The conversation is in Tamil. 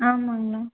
ஆமாம்ங்கண்ணா